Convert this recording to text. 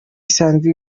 isanzwe